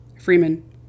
Freeman